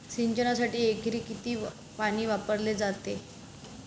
सिंचनासाठी एकरी किती पाणी वापरले जाते?